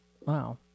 wow